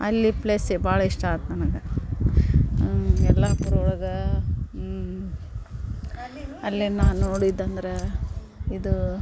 ಅಲ್ಲಿ ಪ್ಲೇಸೆ ಭಾಳ ಇಷ್ಟ ಆತು ನನಗೆ ಯಲ್ಲಾಪುರ ಒಳಗೆ ಅಲ್ಲಿ ನಾ ನೋಡಿದ್ದಂದ್ರೆ ಇದು